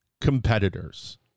competitors